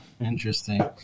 Interesting